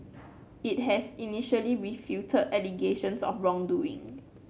it had initially refuted allegations of wrongdoing